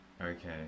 Okay